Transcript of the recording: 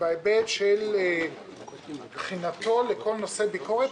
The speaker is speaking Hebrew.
בהיבט של בחינתו את כל נושא הביקורת,